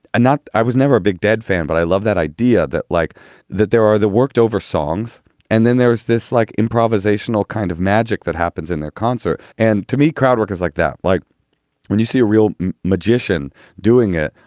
i was never a big dead fan. but i love that idea that like that there are the worked over songs and then there's this like improvisational kind of magic that happens in their concert. and to me, crowd work is like that. like when you see a real magician doing it,